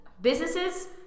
businesses